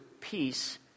peace